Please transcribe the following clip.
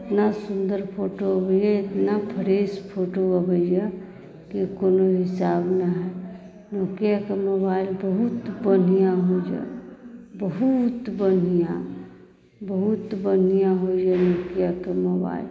इतना सुन्दर फोटो अबैए इतना फ्रेश फोटो अबैए कि कोनो हिसाब ने हइ नोकियाके मोबाइल बहुत बढ़िआँ बुझायल बहुत बढ़िआँ बहुत बढ़िआँ होइए नोकियाके मोबाइल